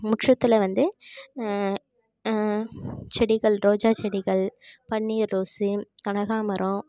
முற்றத்தில் வந்து செடிகள் ரோஜா செடிகள் பன்னீர் ரோஸ் கனகாம்பரம்